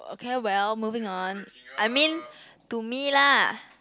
K well moving on I mean to me lah